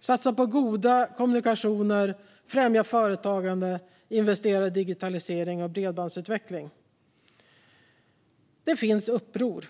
satsa på goda kommunikationer främja företagande investera i digitalisering och bredbandsutveckling. Det finns uppror.